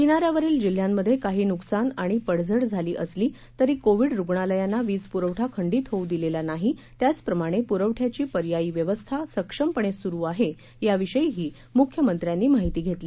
किनाऱ्यावरील जिल्ह्यांमध्ये काही नुकसान आणि पडझड झाली असली तरी कोविड रुग्णालयांना वीज प्रवठा खंडित होऊ दिलेला नाही त्याचप्रमाणे प्रवठ्याची पर्यायी व्यवस्था सक्षमपणे सुरु आहे याविषयीही मुख्यमंत्र्यांनी माहिती घेतली